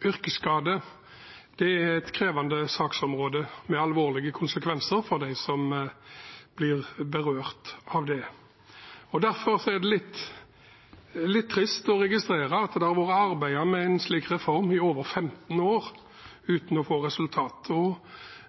Yrkesskade er et krevende saksområde med alvorlige konsekvenser for dem som blir berørt. Derfor er det litt trist å registrere at det har blitt arbeidet med en slik reform i over 15 år uten resultater.